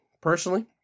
personally